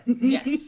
Yes